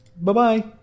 Bye-bye